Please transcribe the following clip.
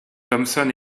thompson